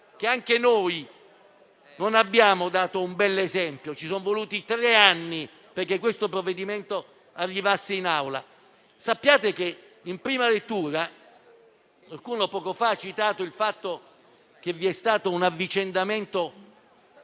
anche noi non abbiamo dato un bell'esempio. Ci sono voluti tre anni perché il provvedimento in esame arrivasse in Aula. Qualcuno poco fa ha citato il fatto che vi è stato un avvicendamento